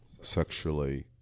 sexually